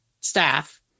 staff